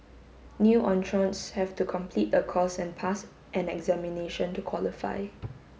new entrants have to complete a course and pass an examination to qualify